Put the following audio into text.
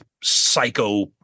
psycho